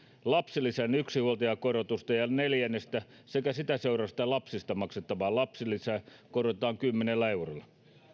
lapsilisän yksinhuoltajakorotusta ja neljännestä sekä sitä seuraavista lapsista maksettavaa lapsilisää korotetaan kymmenellä eurolla